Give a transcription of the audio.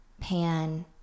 pan